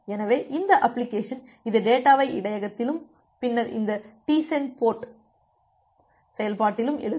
எனவே இந்த அப்ளிகேஷன் இது டேட்டாவை இடையகத்திலும் பின்னர் இந்த டிபோர்ட்சென்டு TportSend செயல்பாட்டிலும் எழுதும்